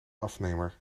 afnemer